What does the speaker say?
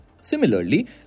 Similarly